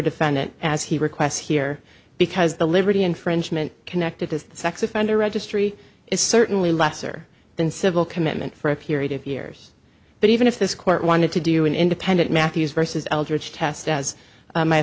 defendant as he requests here because the liberty infringement connected to the sex offender registry is certainly lesser than civil commitment for a period of years but even if this court wanted to do an independent matthews vs eldritch test as